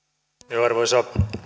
arvoisa